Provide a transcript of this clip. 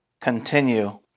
continue